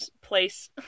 place